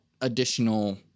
additional